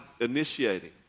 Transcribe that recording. initiating